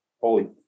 Holy